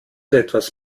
etwas